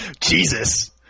Jesus